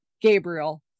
Gabriel